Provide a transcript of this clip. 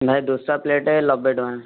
ଭାଇ ଦୋସା ପ୍ଲେଟ୍ ନବେଟଙ୍କା